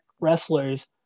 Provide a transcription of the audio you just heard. wrestlers